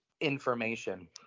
Information